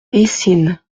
eysines